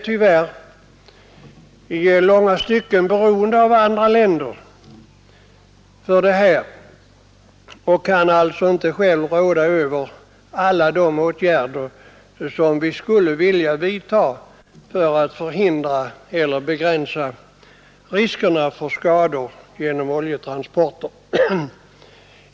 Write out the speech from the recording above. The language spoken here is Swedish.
Tyvärr är vi i långa stycken beroende av andra länder och kan alltså inte själva råda över alla de åtgärder som vi skulle vilja vidta för att förhindra eller begränsa risker för skador i samband med oljetransporter.